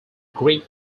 greek